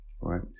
right